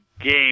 game